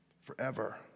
forever